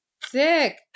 sick